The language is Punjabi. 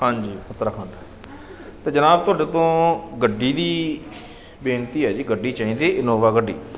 ਹਾਂਜੀ ਉੱਤਰਾਖੰਡ ਅਤੇ ਜਨਾਬ ਤੁਹਾਡੇ ਤੋਂ ਗੱਡੀ ਦੀ ਬੇਨਤੀ ਹੈ ਜੀ ਗੱਡੀ ਚਾਹੀਦੀ ਇਨੋਵਾ ਗੱਡੀ